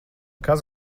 kas